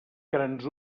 grans